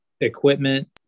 equipment